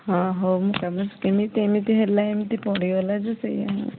ହଁ ହଉ ମୁଁ କାମ କେମିତି ଏମିତି ହେଲା ଏମିତି ପଡ଼ିଗଲା ଯେ ସେୟା